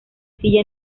silla